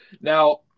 Now